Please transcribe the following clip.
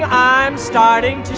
um starting